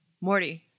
Morty